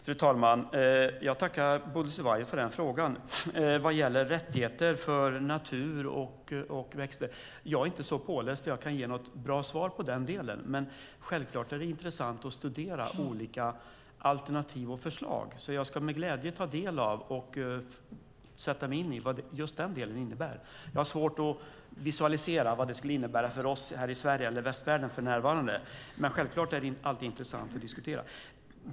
Fru talman! Jag tackar Bodil Ceballos för frågan vad gäller rättigheter för natur och växter. Jag är inte så påläst att jag kan ge något bra svar i den delen. Men självfallet är det intressant att diskutera olika alternativ och förslag, så jag ska med glädje ta del av just denna del och sätta mig in i vad den innebär. Jag har svårt att visualisera vad det för närvarande skulle innebära för oss här i Sverige eller västvärlden, men det är som sagt självklart att det alltid är intressant att diskutera.